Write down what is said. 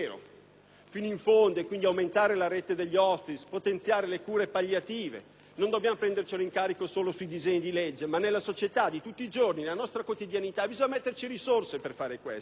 fino in fondo, quindi aumentare la rete degli *hospice,* potenziare le cure palliative; non dobbiamo prenderci in carico il malato solo con i disegni di legge, ma nella società di tutti i giorni, nella nostra quotidianità. Bisogna anche investire risorse per fare tutto questo